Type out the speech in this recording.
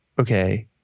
Okay